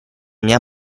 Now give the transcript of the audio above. mia